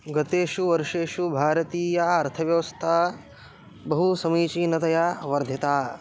गतेषु वर्षेषु भारतीया अर्थव्यवस्था बहु समीचीनतया वर्धिता